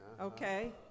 Okay